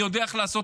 אני יודע איך לעשות,